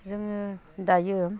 जोङो दायो